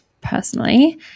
personally